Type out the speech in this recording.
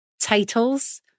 titles